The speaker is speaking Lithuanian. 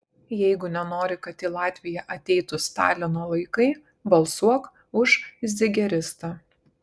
jeigu nenori kad į latviją ateitų stalino laikai balsuok už zigeristą